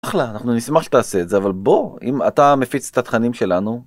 אחלה, אנחנו נשמח שאתה עושה את זה אבל בוא אם אתה מפיץ את התכנים שלנו.